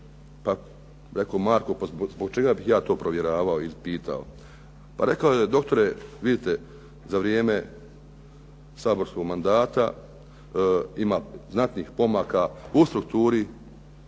Pa reko, Marko pa zbog čega bih ja to provjeravao ili pitao? Pa rekao je, doktore, vidite za vrijeme saborskog mandata ima znatnih pomaka u strukturi